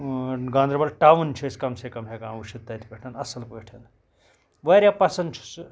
Ganderbal town چھِ أسۍ کَم سے کَم ہیٚکان وٕچھِتھ تَتہِ پیٹھ اصل پٲٹھۍ واریاہ پَسَنٛد چھُ سُہ